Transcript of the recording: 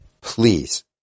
please